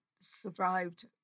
survived